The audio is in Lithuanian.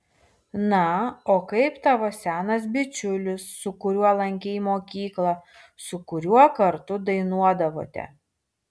na o kaip tavo senas bičiulis su kuriuo lankei mokyklą su kuriuo kartu dainuodavote